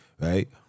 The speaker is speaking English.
right